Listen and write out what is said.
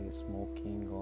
smoking